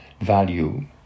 value